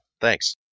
Thanks